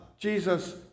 Jesus